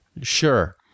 Sure